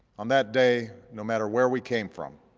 on that day, no matter where we came from,